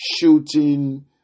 shooting